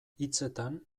hitzetan